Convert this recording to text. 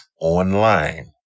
Online